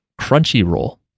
Crunchyroll